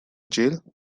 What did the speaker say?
jail